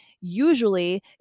usually